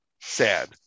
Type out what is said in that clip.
Sad